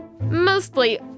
Mostly